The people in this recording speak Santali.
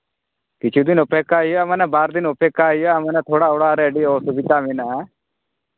ᱠᱤᱪᱷᱩ ᱫᱤᱱ ᱚᱯᱮᱠᱠᱷᱟ ᱦᱩᱭᱩᱜᱼᱟ ᱢᱟᱱᱮ ᱵᱟᱨᱫᱤᱱ ᱚᱯᱮᱠᱠᱷᱟ ᱦᱩᱭᱩᱜᱼᱟ ᱢᱟᱱᱮ ᱛᱷᱚᱲᱟ ᱚᱲᱟᱜ ᱨᱮ ᱟᱹᱰᱤ ᱚᱥᱩᱵᱤᱫᱷᱟ ᱢᱮᱱᱟᱜᱼᱟ